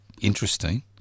interesting